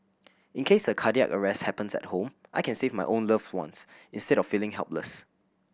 in case a cardiac arrest happens at home I can save my own loved ones instead of feeling helpless